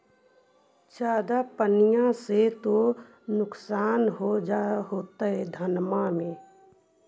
ज्यादा पनिया से तो नुक्सान हो जा होतो धनमा में?